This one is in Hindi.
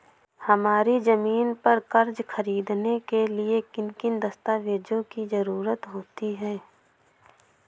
हमारी ज़मीन पर कर्ज ख़रीदने के लिए किन किन दस्तावेजों की जरूरत होती है?